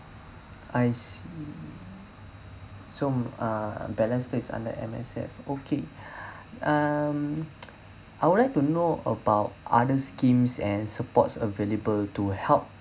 I see so uh balesteir is under M_S_F okay um I would like to know about other schemes and supports available to help